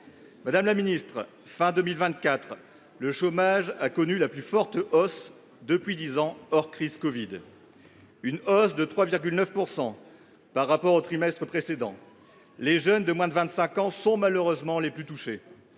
Madame la ministre, à la fin de 2024, le chômage a connu sa plus forte hausse depuis dix ans, hors de la crise du covid 19 : +3,9 % par rapport au trimestre précédent ! Les jeunes de moins de 25 ans sont, malheureusement, les plus touchés.